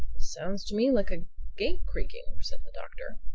sounds to me like a gate creaking, said the doctor.